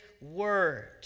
word